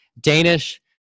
Danish